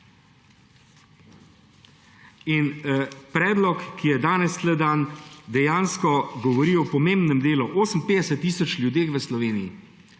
In predlog, ki je danes tukaj dan, dejansko govori o pomembnem delu – o 58 tisoč ljudeh v Sloveniji,